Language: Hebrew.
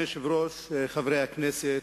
אדוני היושב-ראש, חברי הכנסת,